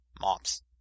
mops